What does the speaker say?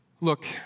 Look